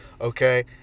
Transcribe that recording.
okay